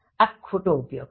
આ ખોટો ઉપયોગ છે